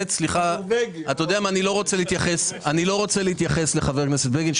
אני לא רוצה להתייחס לחבר הכנסת בגין,